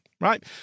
right